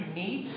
need